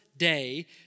Day